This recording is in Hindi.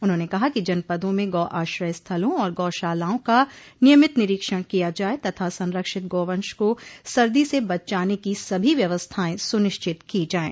उन्होंने कहा कि जनपदों में गौ आश्रय स्थलों और गौशालाओं का नियमित निरीक्षण किया जाये तथा संरक्षित गौवंश को सर्दी से बचाने की सभी व्यवस्थाएं सुनिश्चित की जायें